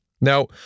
Now